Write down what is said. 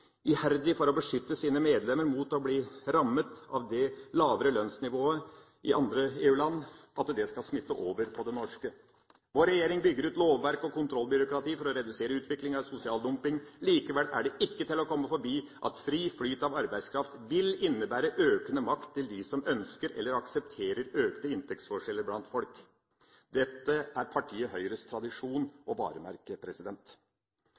iherdig for å beskytte sine medlemmer mot å bli rammet av det lavere lønnsnivået i andre EU-land, så ikke det skal smitte over på det norske. Vår regjering bygger ut lovverk og kontrollbyråkrati for å redusere utviklinga med sosial dumping. Likevel er det ikke til å komme forbi at fri flyt av arbeidskraft vil innebære økende makt til dem som ønsker – eller aksepterer – økte inntektsforskjeller blant folk. Dette er partiet Høyres